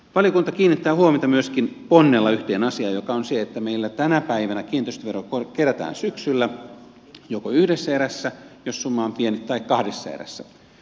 valiokunta kiinnittää huomiota myöskin ponnella yhteen asiaan joka on se että meillä tänä päivänä kiinteistövero kerätään syksyllä joko yhdessä erässä jos summa on pieni tai kahdessa erässä